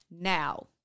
Now